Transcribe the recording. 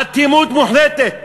אטימות מוחלטת.